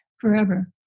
forever